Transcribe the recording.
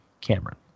cameron